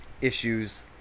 issues